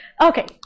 okay